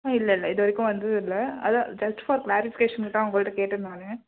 இல்லை இல்லை இது வரைக்கும் வந்ததில்லை அதான் ஜெஸ்ட் ஃபார் கிளாரிஃபிகேஷனுக்கு தான் உங்கள்கிட்ட கேட்டேன் நான்